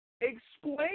explain